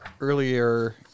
earlier